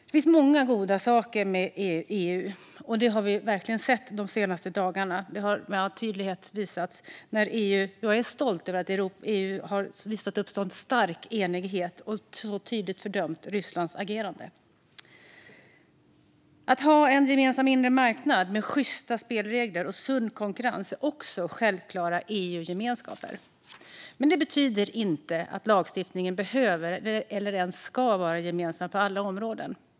Det finns många goda saker med EU. Det har vi verkligen sett de senaste dagarna. Det har med all önskvärd tydlighet visat sig. Jag är stolt över att EU har visat upp en sådan stark enighet och så tydligt fördömt Rysslands agerande. Att ha en gemensam inre marknad med sjysta spelregler och sund konkurrens är också självklara EU-gemenskaper. Men det betyder inte att lagstiftningen behöver eller ska vara gemensam på alla områden.